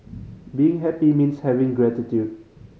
being happy means having gratitude